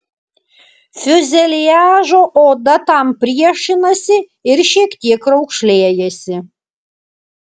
fiuzeliažo oda tam priešinasi ir šiek tiek raukšlėjasi